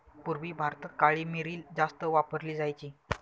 पूर्वी भारतात काळी मिरी जास्त वापरली जायची